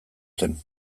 zen